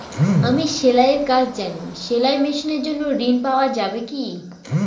আমি সেলাই এর কাজ জানি সেলাই মেশিনের জন্য ঋণ পাওয়া যাবে কি?